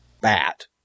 bat